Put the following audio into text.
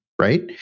right